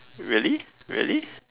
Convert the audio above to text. really really